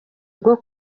bwo